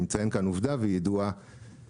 אני מציין כאן עובדה והיא ידועה לכולם.